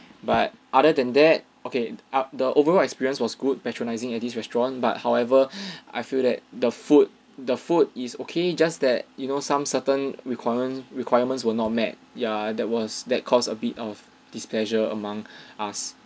but other than that okay up the overall experience was good patronizing at this restaurant but however I feel that the food the food is okay just that you know some certain requirement requirements will not met ya that was that caused a bit of displeasure among us